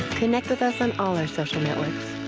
connect with us on all our social networks.